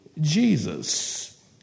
Jesus